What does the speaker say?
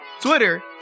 Twitter